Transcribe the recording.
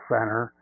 Center